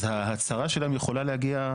אז ההצהרה שלנו יכולה להגיע,